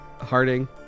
Harding